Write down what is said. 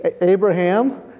Abraham